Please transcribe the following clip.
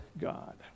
God